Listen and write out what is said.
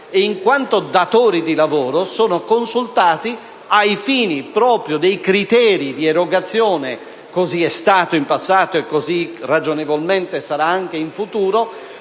e in quanto datori di lavoro essi sono consultati proprio ai fini dei criteri di erogazione - così è stato in passato e così ragionevolmente sarà in futuro